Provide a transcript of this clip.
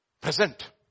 Present